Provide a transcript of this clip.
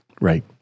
Right